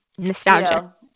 nostalgia